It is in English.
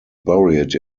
buried